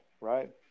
right